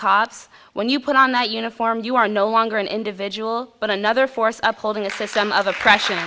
cods when you put on that uniform you are no longer an individual but another force of holding a system of oppression